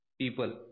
people